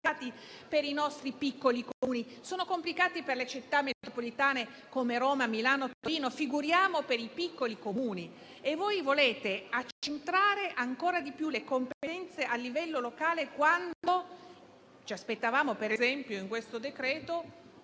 per i nostri piccoli Comuni. Sono complicati per le città metropolitane come Roma, Milano e Torino, figuriamoci per i piccoli Comuni. E voi volete accentrare ancora di più le competenze a livello locale, quando ci aspettavamo, per esempio, che in questo decreto-legge